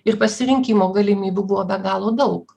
ir pasirinkimo galimybių buvo be galo daug